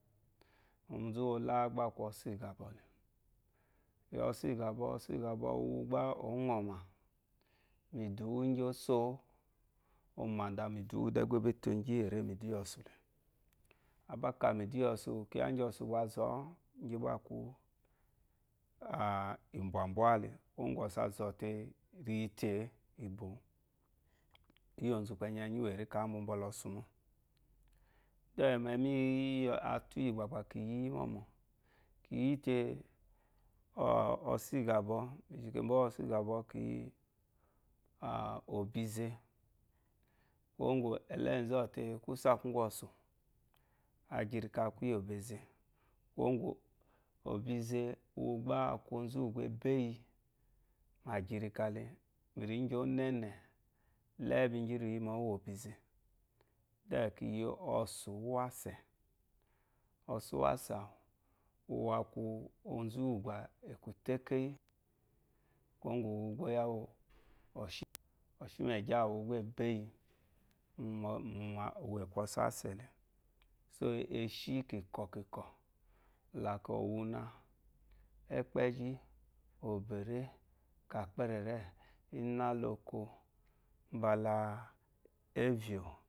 Ozu wla gba ako osu igabole ki yu osu igabo, osu igabo uwu gba nyɔ ma mi duwu igyo so omadami duwu de gba eto gi ere mi duyo mu osule abaka mi duyo osu kiya gyo osu mbazo igyi gba aku rebwabwale uzo te reyite rebo iyi ozu ikpenyi nyitewu eri kabu mbala osu mo then memiyi atu yi atu yi ki gbaki gba kiyi yi momo. kiyi yete osu igabo migikaboyo osu igabo kinyi obeze kuwo ngɔ eloyizu ote kuse aku ngɔ osu agririka akuyi obeze kowugu obeze oku ozuwu ba ebeyi ma girikala miriyi nyɔ nene le biyyele mowu yo obeze then kiyi osu wase osu wase awu uwu aku ozu wu ba akuteke yi kwogu gu gba boyawute oshi oshimege awu gba ebeyi aku osuwasele so eshi kikɔkikɔ like owuna ɛkpezhi obere kakperere, inaloko, mbala evyo